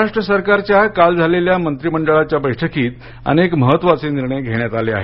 महाराष्ट्र सरकारच्या काल झालेल्या मंत्री मंडळाच्या बैठकीत अनेक महत्वाचे निर्णय घेण्यात आले आहेत